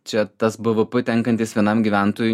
čia tas bvp tenkantis vienam gyventojui